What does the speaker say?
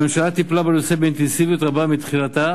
הממשלה טיפלה בנושא באינטנסיביות רבה מן ההתחלה,